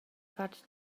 fatg